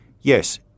Yes